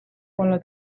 follow